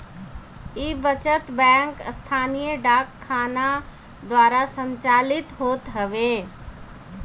इ बचत बैंक स्थानीय डाक खाना द्वारा संचालित होत हवे